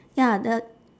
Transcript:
ya the